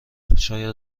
شاید